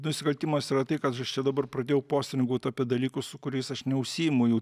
nusikaltimas yra tai kad aš čia dabar pradėjau postringaut apie dalykus su kuriais aš neužsiimu jau